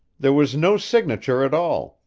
there was no signature at all,